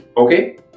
okay